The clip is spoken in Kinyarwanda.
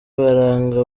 baranga